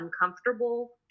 uncomfortable